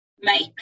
make